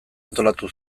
antolatu